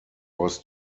was